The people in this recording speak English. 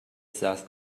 that